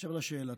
אשר לשאלתך,